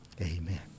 amen